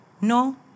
no